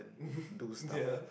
ya